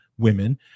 women